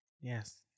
Yes